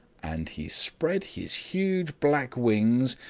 and he spread his huge black wings,